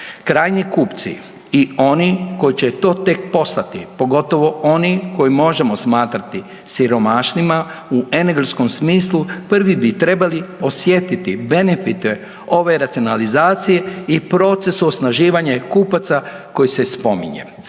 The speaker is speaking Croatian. Krajnji kupci i oni koji će to tek postati, pogotovo oni koje možemo smatrati siromašnima u energetskom smislu prvi bi trebali osjetiti benefite ove racionalizacije i procesu osnaživanja kupaca koji se spominje.